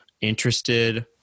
interested –